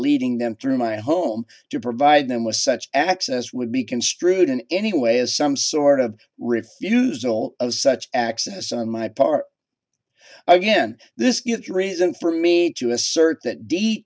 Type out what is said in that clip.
leading them through my home to provide them with such access would be construed in any way as some sort of refusal of such access on my part again this is a reason for me to assert that de